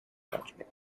logic